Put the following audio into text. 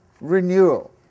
renewal